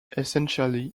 essentially